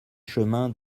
chemin